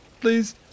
Please